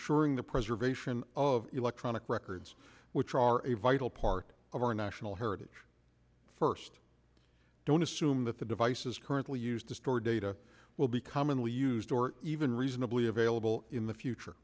g the preservation of electronic records which are a vital part of our national heritage first don't assume that the devices currently used to store data will be commonly used or even reasonably available in the future